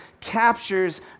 captures